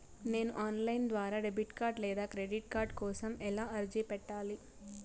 నేను online ద్వారా debit card లేదా క్రెడిట్ కార్డు కోసం ఎలా అర్జీ పెట్టాలి?